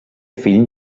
fill